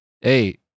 Hey